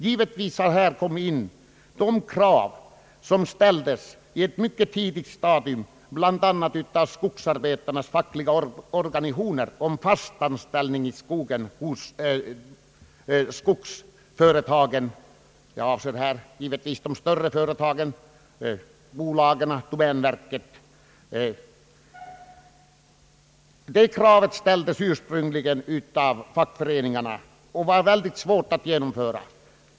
Givetvis har också de krav medverkat, som på ett mycket tidigt stadium ställdes bl.a. av skogsarbetarnas fack liga organisationer, om fast anställning hos de stora skogsbolagen och domänverket. Det kravet var mycket svårt att genomföra.